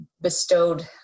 bestowed